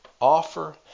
offer